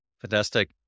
Fantastic